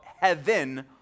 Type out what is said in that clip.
heaven